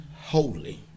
holy